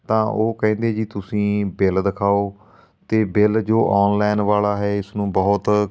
ਤਾਂ ਉਹ ਕਹਿੰਦੇ ਜੀ ਤੁਸੀਂ ਬਿੱਲ ਦਿਖਾਉ ਅਤੇ ਬਿੱਲ ਜੋ ਔਨਲਾਈਨ ਵਾਲਾ ਹੈ ਇਸਨੂੰ ਬਹੁਤ